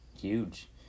huge